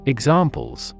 Examples